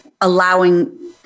allowing